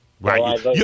right